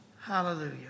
Hallelujah